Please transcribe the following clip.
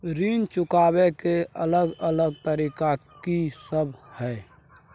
ऋण चुकाबय के अलग अलग तरीका की सब हय?